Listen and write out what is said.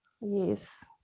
yes